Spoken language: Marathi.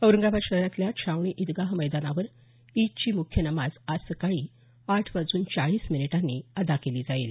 औरंगाबाद शहरातल्या छावणी ईदगाह मैदानावर ईदची मुख्य नमाज आज सकाळी आठ वाजून चाळीस मिनिटांनी अदा केली जाईल